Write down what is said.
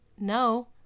No